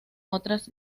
otras